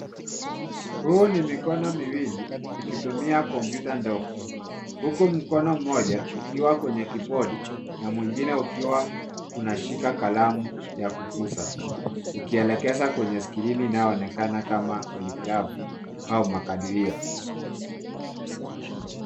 Huu ni mikono miwili ikitumia kompyuta ndogo, huku mkono mmoja ukiwa kwenye kibodi na mwingine ukiwa unashika kalamu ya kuguza, ukielekeza kwenye skirini inayoonekana kama holigramu au makabilio.